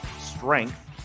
strength